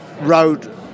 road